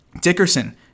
Dickerson